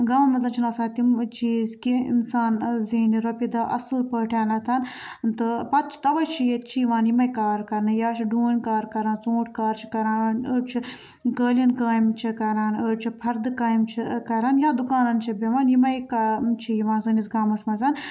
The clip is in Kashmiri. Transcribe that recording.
گامہٕ منٛز چھِنہٕ آسان تِم چیٖز کیٚنٛہہ اِنسان زینہِ رۄپیہِ دَہ اَصٕل پٲٹھۍ تہٕ پَتہٕ چھِ تَوَے چھِ ییٚتہِ چھِ یِوان یِمَے کار کَرنہٕ یا چھِ ڈوٗنۍ کار کَران ژوٗنٛٹھۍ کار چھِ کَران أڑۍ چھِ قٲلیٖن کامہِ چھِ کَران أڑۍ چھِ پھَردٕ کامہِ چھِ کَران یا دُکانَن چھِ بیٚہوان یِمَے کامہِ چھِ یِوان سٲنِس گامَس مَنٛز